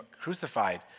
crucified